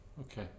Okay